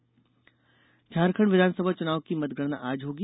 झारखंड मतगणना झारखंड विधानसभा चुनाव की मतगणना आज होगी